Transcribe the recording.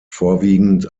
vorwiegend